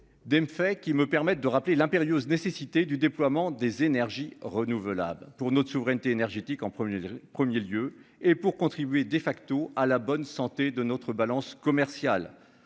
Fait qui me permettent de rappeler l'impérieuse nécessité du déploiement des énergies renouvelables pour notre souveraineté énergétique en premier le premier lieu et pour contribuer de facto à la bonne santé de notre balance commerciale.